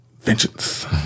Vengeance